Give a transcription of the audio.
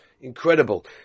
Incredible